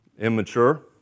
immature